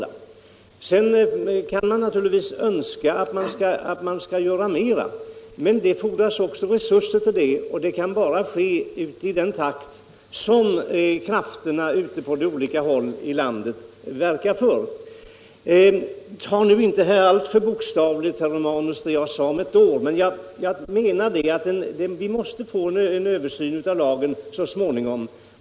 Sedan kan man naturligtvis önska att det skall göras mer. Men för det fordras också resurser Det kan däför bara ske i den takt som de olika krafter, som på olika håll ute i landet verkar för detta, lyckas få fram medel. Ta nu inte det jag sade om ett år alltför bokstavligt, herr Romanus! Jag menar att vi måste få en översyn av lagen så småningom.